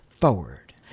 forward